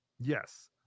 Yes